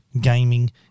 gaming